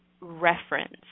reference